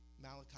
Malachi